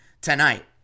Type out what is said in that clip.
tonight